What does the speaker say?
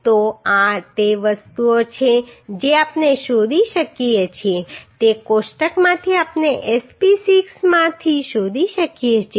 તો આ તે વસ્તુઓ છે જે આપણે શોધી શકીએ છીએ તે કોષ્ટકમાંથી આપણે Sp 6 માંથી શોધી શકીએ છીએ